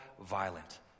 violent